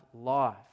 life